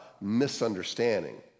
misunderstanding